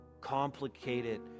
complicated